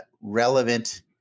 relevant